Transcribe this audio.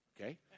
okay